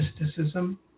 mysticism